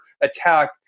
attack